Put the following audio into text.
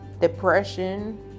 depression